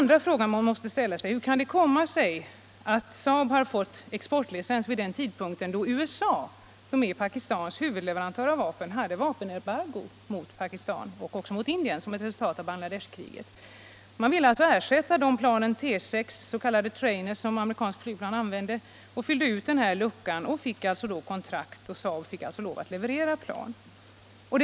Den andra frågan som man måste ställa sig lyder: Hur kan det komma sig att SAAB har fått exportlicens vid den tidpunkt då USA, som är Pakistans huvudleverantör av vapen, hade vapenembargo mot Pakistan och även mot Indien som ett resultat av Bangladeshkriget? I Pakistan ville man ersätta de flygplan T6, s.k. Trainers, som amerikanarna tidigare levererat och man skrev kontrakt med SAAB, som fick tillstånd att leverera 45 plan.